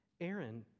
Aaron